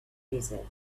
desert